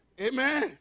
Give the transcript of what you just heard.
Amen